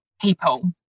people